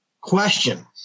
question